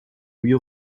huit